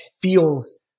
feels